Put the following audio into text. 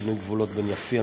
שינוי גבולות בין יפיע,